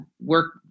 work